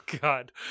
God